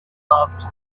loved